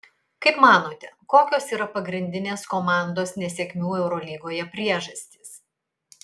kaip manote kokios yra pagrindinės komandos nesėkmių eurolygoje priežastys